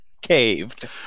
caved